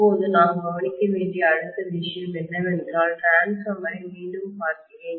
இப்போது நாம் கவனிக்க வேண்டிய அடுத்த விஷயம் என்னவென்றால் டிரான்ஸ்பார்மர் ஐ மீண்டும் பார்க்கிறேன்